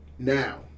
Now